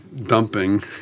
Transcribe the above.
dumping